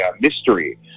mystery